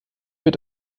wird